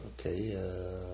okay